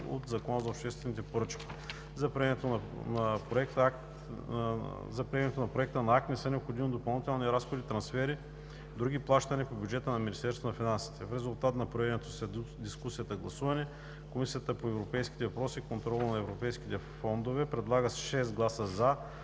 от Закона за обществените поръчки. За приемането на проекта на акт не са необходими допълнителни разходи/трансфери/други плащания по бюджета на Министерството на финансите. В резултат на проведеното след дискусията гласуване Комисията по европейските въпроси и контрол на европейските фондове предлага с 6 гласа „за“